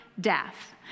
death